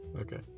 okay